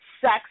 sex